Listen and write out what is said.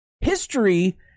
History